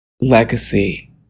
legacy